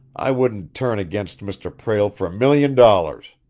i wouldn't turn against mr. prale for a million dollars!